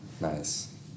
Nice